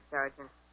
Sergeant